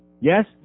Yes